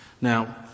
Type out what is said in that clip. Now